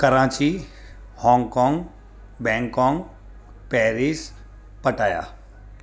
Karachi Hong Kong Bangkok Paris Pattaya